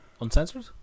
Uncensored